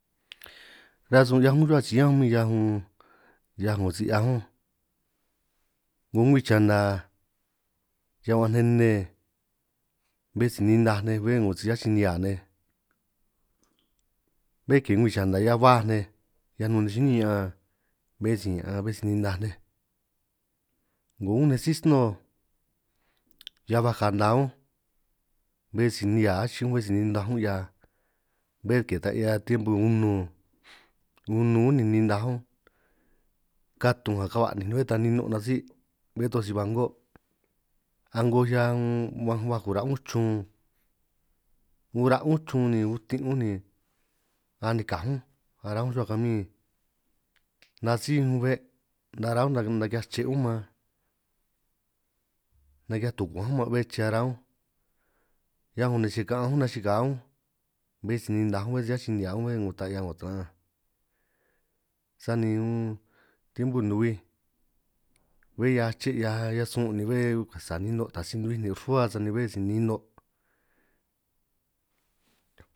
Rasun 'hiaj unj rruhua chiñánj unj min 'hiaj 'ngo 'hiaj 'ngo si 'hiaj unj, 'ngo ngwii chana riñan baj nej nne bé si ninaj nej bé 'ngo si achin nihia nej, bé ke mgwi chana 'hiaj baj nej hiaj nun nej chiní ña'an, bé si ña'an bé si ninaj nej 'ngo unj, nej sí sno'o hiaj baj kana unj bé si nihia achin unj bé si ninaj unj, 'hia bé ke ta 'hia tiempo unun unun unj ni ninaj unj, ka' tunj nga ka' ba'ninj bé ta nino' nasí' bé toj si ba ngo', a'ngo 'hiaj baj ura' ñunj chrun ni utin' unj ni anikaj unj ara' unj rruhua kamión, nasij unj be' nara unj naki'hiaj che' unj man, naki'hia tukuanj unj man be'é che ara unj hiaj, ni si ka'anj unj nachikaj unj bé si ninaj unj bé si nasij nihia unj, bé ta 'hia 'ngo taran'anj sani un tiempo nuhuij bé 'hiaj aché 'hiaj 'hiaj sun', ni bé sa' nino' taj si nuhuij nin' rruhua sani bé si nino'.